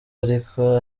aruko